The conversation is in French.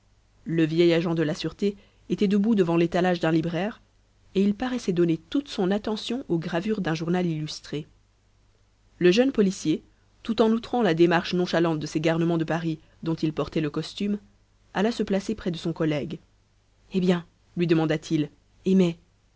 le vieil agent de la sûreté était debout devant l'étalage d'un libraire et il paraissait donner toute son attention aux gravures d'un journal illustré le jeune policier tout en outrant la démarche nonchalante de ces garnements de paris dont il portait le costume alla se placer près de son collègue eh bien lui demanda-t-il et